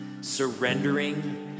Surrendering